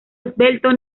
esbelto